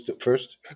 first